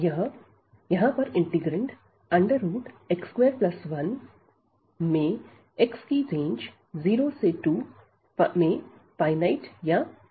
यह पर integrand x21 x की रेंज 0 से 2 में फाइनाइट या बाउंडेड है